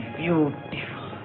beautiful